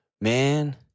man